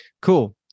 cool